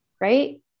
right